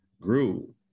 grew